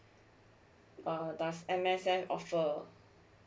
that M_S_F offer